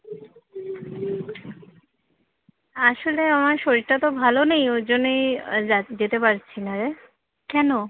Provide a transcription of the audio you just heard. আসলে আমার শরীরটা তো ভালো নেই ওর জন্যেই যা যেতে পারছি না রে কেন